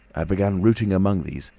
i began routing among these,